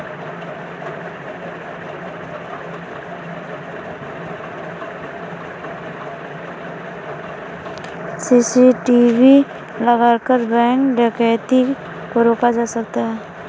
CCTV लगाकर bank डकैती को रोका जा सकता है